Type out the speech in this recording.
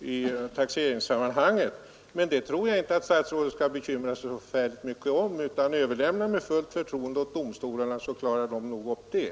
i taxeringssammanhanget. Men det tror jag inte att statsrådet skall bekymra sig så förfärligt mycket om, utan överlämna med fullt förtroende detta åt domstolarna, så klarar de nog upp det.